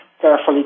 carefully